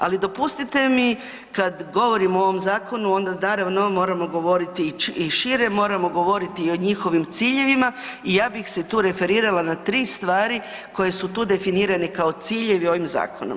Ali dopustite mi kad govorim o ovom zakonu onda naravno moramo govoriti i šire, moramo govoriti i o njihovim ciljevima i ja bih se tu referirala na 3 stvari koje su tu definirane kao ciljevi ovim zakonom.